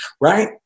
right